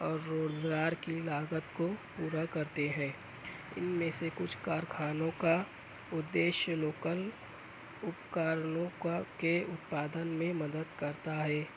اور روزگار کی لاگت کو پورا کرتے ہیں ان میں سے کچھ کارخانوں کا ادیشیہ لوکل اپکرنوں کا کے اتپادن میں مدد کرتا ہے